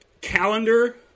calendar